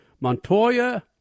Montoya